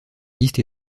liste